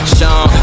Sean